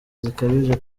zikabije